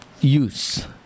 use